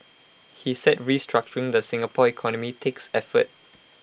he said restructuring the Singapore economy takes effort